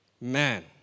man